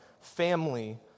family